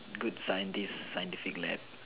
good scientist scientific lab